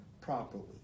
properly